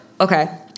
okay